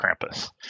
Krampus